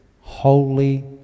holy